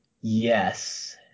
Yes